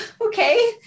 okay